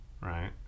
right